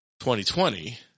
2020